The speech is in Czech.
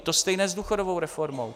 To stejné s důchodovou reformou.